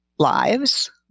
lives